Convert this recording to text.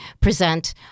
present